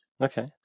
okay